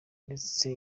ndetse